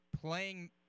playing –